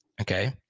Okay